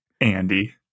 Andy